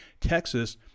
Texas –